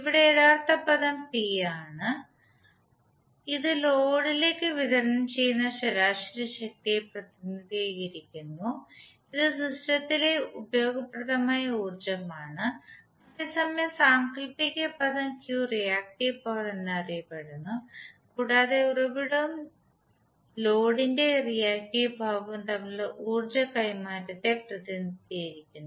ഇവിടെ യഥാർത്ഥ പദം P ആണ് ഇത് ലോഡിലേക്ക് വിതരണം ചെയ്യുന്ന ശരാശരി ശക്തിയെ പ്രതിനിധീകരിക്കുന്നു ഇത് സിസ്റ്റത്തിലെ ഉപയോഗപ്രദമായ ഊർജ്ജമാണ് അതേസമയം സാങ്കൽപ്പിക പദം Q റിയാക്ടീവ് പവർ എന്നറിയപ്പെടുന്നു കൂടാതെ ഉറവിടവും ലോഡിന്റെ റിയാക്ടീവ് ഭാഗവും തമ്മിലുള്ള ഊർജ്ജ കൈമാറ്റത്തെ പ്രതിനിധീകരിക്കുന്നു